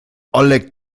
oleg